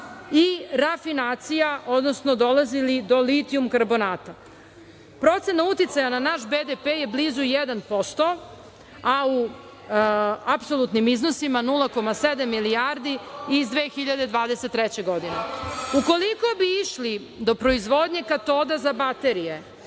i rafinacije, odnosno dolazili do litijum-karbonata, procena uticaja na naš BDP je blizu jedan posto, a u apsolutnim iznosima 0,7% milijardi iz 2023. godine. Ukoliko bi išli do proizvodnje katoda za baterije,